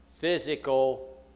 physical